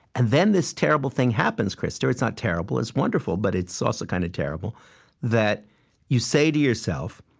and then this terrible thing happens, krista it's not terrible, it's wonderful but it's also kind of terrible that you say to yourself,